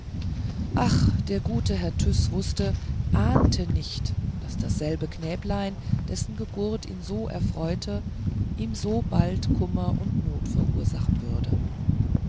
ach der gute herr tyß wußte ahnte nicht daß dasselbe knäblein dessen geburt ihn so erfreute ihm so bald kummer und not verursachen würde